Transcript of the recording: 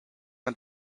and